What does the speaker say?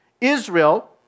Israel